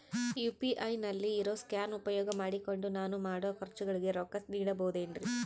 UPI ನಲ್ಲಿ ಇರೋ scan ಉಪಯೋಗ ಮಾಡಿಕೊಂಡು ನಾನು ಮಾಡೋ ಖರ್ಚುಗಳಿಗೆ ರೊಕ್ಕ ನೇಡಬಹುದೇನ್ರಿ?